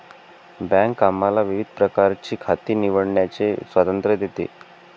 bank आम्हाला विविध प्रकारची खाती निवडण्याचे स्वातंत्र्य देते